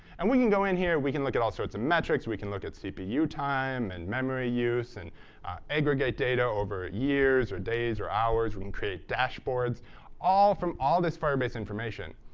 and we can go in here. we can look at all sorts of metrics. we can look at cpu time and memory use and aggregate data over years or days or hours, we can create dashboards all from all this firebase information.